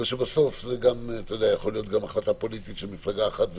בסוף זה גם יכול להיות החלטה פוליטית של מפלגה אחת,